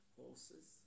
horses